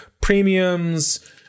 premiums